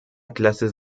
clases